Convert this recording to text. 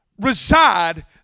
reside